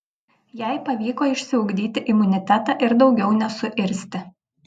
jai pavyko išsiugdyti imunitetą ir daugiau nesuirzti